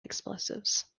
explosives